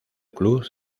club